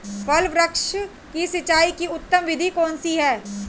फल वृक्ष की सिंचाई की उत्तम विधि कौन सी है?